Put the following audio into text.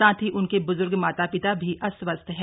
साथ ही उनके ब्ज्र्ग माता पिता भी अस्वस्थ हैं